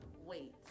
Wait